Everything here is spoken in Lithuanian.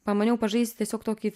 pamaniau pažaisiu tiesiog tokį